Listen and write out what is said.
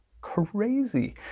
crazy